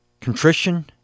contrition